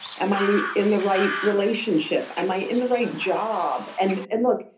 am i in the right relationship? am i in the right job? and and look,